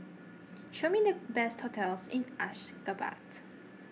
show me the best hotels in Ashgabat